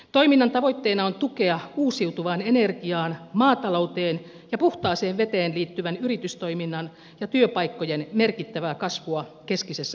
toiminnan tavoitteena on tukea uusiutuvaan energiaan maatalouteen ja puhtaaseen veteen liittyvän yritystoiminnan ja työpaikkojen merkittävää kasvua keskisessä suomessa